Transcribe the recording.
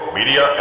Media